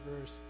verse